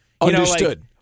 Understood